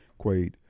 Quaid